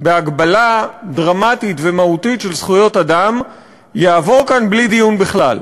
בהגבלה דרמטית ומהותית של זכויות אדם יעבור כאן בלי דיון בכלל.